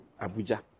Abuja